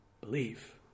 Believe